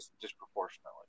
disproportionately